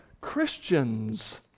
Christians